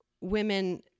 women